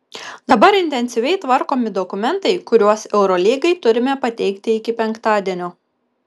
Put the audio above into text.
dabar intensyviai tvarkomi dokumentai kuriuos eurolygai turime pateikti iki penktadienio